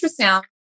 ultrasound